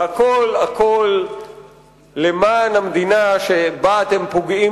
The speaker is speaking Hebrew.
והכול הכול למען המדינה שבה אתם פוגעים